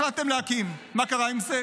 החלטתם להקים, מה קרה עם זה?